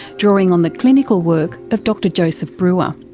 drawing on the clinical work of dr joseph breuer.